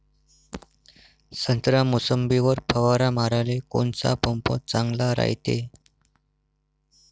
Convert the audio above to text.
संत्रा, मोसंबीवर फवारा माराले कोनचा पंप चांगला रायते?